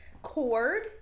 Cord